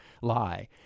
lie